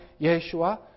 Yeshua